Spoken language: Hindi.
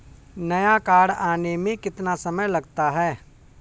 नया कार्ड आने में कितना समय लगता है?